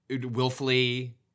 willfully